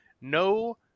no